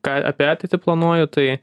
ką apie ateitį planuoju tai